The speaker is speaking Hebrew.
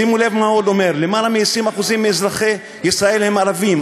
שימו לב מה הוא עוד אומר: "למעלה מ-20% מאזרחי ישראל הם ערבים.